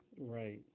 Right